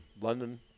London